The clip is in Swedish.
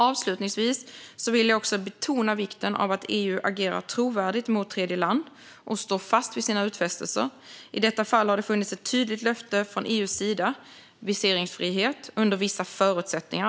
Avslutningsvis vill jag betona vikten av att EU agerar trovärdigt mot tredjeland och står fast vid sina utfästelser. I detta fall har det funnits ett tydligt löfte från EU:s sida om viseringsfrihet under vissa förutsättningar.